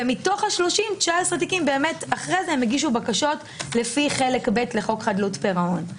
ומתוך 30 19 תיקים הגישו בקשות לפי חלק ב' לחוק חדלות פירעון.